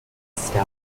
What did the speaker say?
stammer